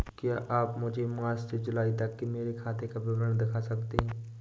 क्या आप मुझे मार्च से जूलाई तक की मेरे खाता का विवरण दिखा सकते हैं?